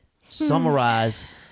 Summarize